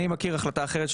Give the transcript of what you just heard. אני מכיר החלטה אחרת,